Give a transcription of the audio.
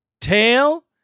tail